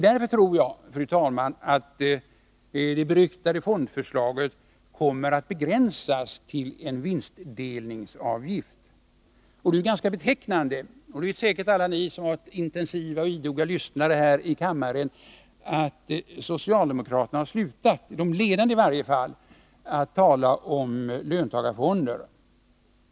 Därför tror jag, fru talman, att det beryktade fondförslaget kommer att begränsas till en vinstdelningsavgift. Det är ganska betecknande — det har säkert alla ni som varit intensiva och idoga lyssnare här i kammaren kunnat konstatera — att i varje fall de ledande socialdemokraterna har slutat tala om löntagarfonder.